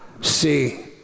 See